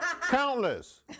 Countless